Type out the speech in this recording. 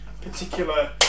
particular